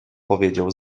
powiedział